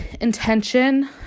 intention